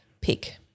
pick